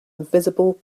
invisible